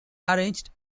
arranged